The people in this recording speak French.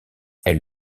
elle